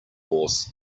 horse